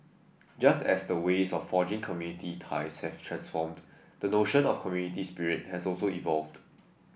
just as the ways of forging community ties have transformed the notion of community spirit has also evolved